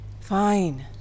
Fine